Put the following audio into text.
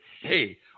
Hey